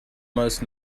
most